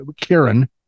Karen